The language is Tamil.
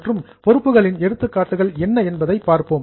மற்றும் பொறுப்புகளின் எடுத்துக்காட்டுகள் என்ன என்பதைப் பார்ப்போம்